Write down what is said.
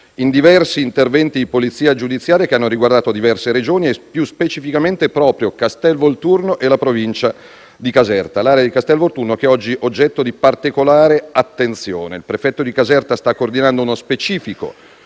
in diversi interventi di Polizia giudiziaria, che hanno riguardato diverse Regioni e, più specificamente, proprio Castelvolturno e la provincia di Caserta. L'area di Castelvolturno è oggi oggetto di particolare attenzione. Il prefetto di Caserta sta coordinando uno specifico